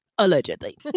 Allegedly